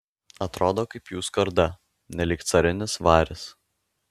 atrodo kaip jų skarda nelyg carinis varis